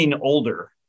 older